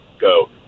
go